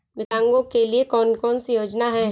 विकलांगों के लिए कौन कौनसी योजना है?